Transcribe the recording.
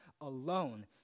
alone